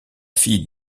fille